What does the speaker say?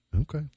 Okay